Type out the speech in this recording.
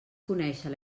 conèixer